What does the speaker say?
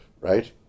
right